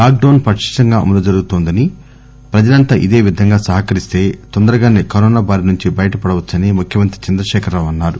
lock డౌస్ పటిష్టంగా అమలు జరుగుతోందని ప్రజలంతా ఇదే విధంగా సహకరిస్తే తొందరగానే కరోనా బారి నుంచి బయట పడవచ్చని ముఖ్యమంత్రి చంద్రశేఖర రావు అన్నారు